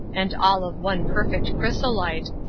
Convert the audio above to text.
and all of one perfect chrysolite,